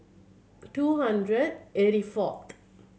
two hundred eighty fourth